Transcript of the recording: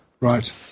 right